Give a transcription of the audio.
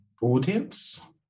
audience